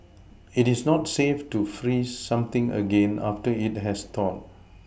it is not safe to freeze something again after it has thawed